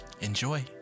Enjoy